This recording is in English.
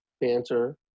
Banter